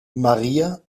maria